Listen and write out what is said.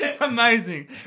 amazing